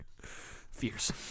Fierce